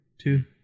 Two